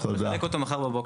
הוא יכול לספק אותו מחר בבוקר.